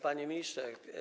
Panie Ministrze!